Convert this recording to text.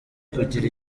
kugira